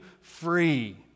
free